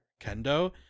kendo